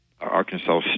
Arkansas